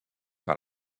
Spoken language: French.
par